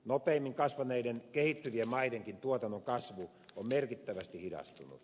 nopeimmin kasvaneiden kehittyvien maidenkin tuotannon kasvu on merkittävästi hidastunut